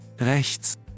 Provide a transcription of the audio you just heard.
Rechts